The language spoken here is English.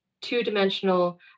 two-dimensional